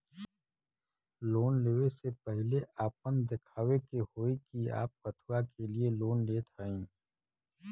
Loan ले वे से पहिले आपन दिखावे के होई कि आप कथुआ के लिए लोन लेत हईन?